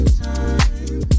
time